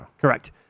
correct